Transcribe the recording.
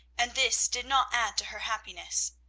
and this did not add to her happiness.